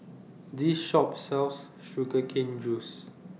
This Shop sells Sugar Cane Juice